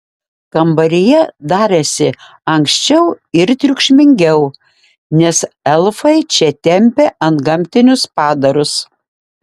kambaryje darėsi ankščiau ir triukšmingiau nes elfai čia tempė antgamtinius padarus